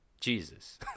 Jesus